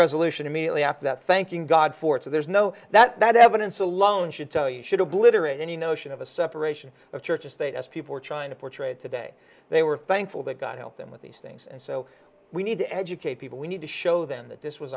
resolution immediately after that thanking god for it so there's no that that evidence alone should tell you should obliterate any notion of a separation of church and state as people are trying to portray today they were thankful that god help them with these things and so we need to educate people we need to show them that this was